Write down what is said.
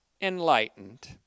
enlightened